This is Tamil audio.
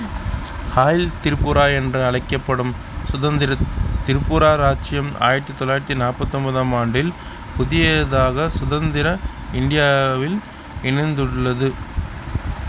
ஆயில் திருப்புரா என்று அழைக்கப்படும் சுதந்திர திருப்புரா இராச்சியம் ஆயிரத்தி தொளாயிரத்தி நாற்பதொம்பதாம் ஆண்டில் புதியதாக சுதந்திர இண்டியாவில் இணைந்துள்ளது